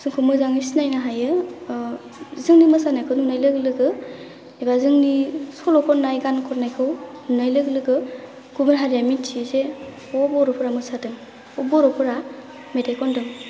जोंखौ मोजाङै सिनायनो हायो जोंनि मोसानायखौ नुनाय लोगो लोगो एबा जोंनि सल' खननाय गान खननायखौ खोनानाय लोगो लोगो गुबुन हारिया मिथियोजे जे बर'फोरा मोसादों बा बर'फोरा मेथाइ खनदों